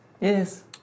Yes